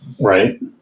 Right